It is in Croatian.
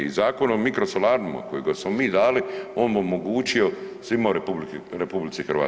I Zakonom o mikrosolarima kojega smo mi dali on omogućio svima u RH.